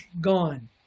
gone